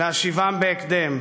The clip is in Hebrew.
להשיבם בהקדם.